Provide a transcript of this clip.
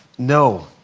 no